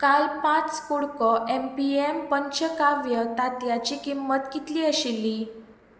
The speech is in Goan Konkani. काल पांच कुडको एम पी एम पंचकाव्य तांतयांची किंमत कितली आशिल्ली